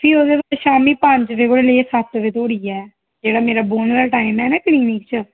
फ्ही ओह्दे बाद शामीं पंज बजे कोला लेइयै सत्त बजे धोड़ी ऐ ते जेह्ड़ा मेरा बोह्नै दा टाईम ऐ ना क्लीनिक च